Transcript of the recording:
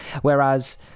Whereas